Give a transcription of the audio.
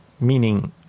meaning